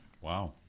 Wow